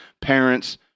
parents